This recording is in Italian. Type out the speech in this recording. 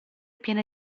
piene